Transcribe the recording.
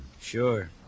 Sure